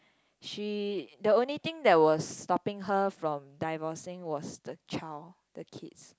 she the only things that was stopping her from divorcing was the child the kid